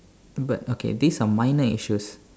but okay these are minor issues